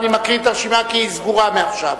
אני מקריא את הרשימה, כי היא סגורה מעכשיו: